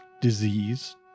disease